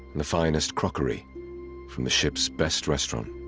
the finest crockery from the ship's best restaurant